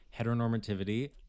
Heteronormativity